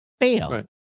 fail